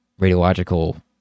radiological